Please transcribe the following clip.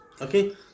okay